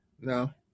No